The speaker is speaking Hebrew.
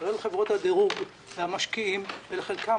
כולל חברות הדירוג והמשקיעים ולכן כאן